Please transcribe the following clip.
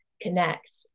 connect